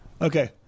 Okay